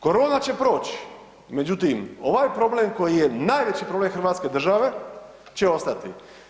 Korona će proći, međutim, ovaj problem koji je najveći problem hrvatske države će ostati.